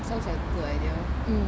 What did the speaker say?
sounds like a good idea